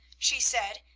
she said,